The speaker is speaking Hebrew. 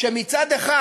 מצד אחד